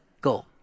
go